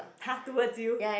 !huh! towards you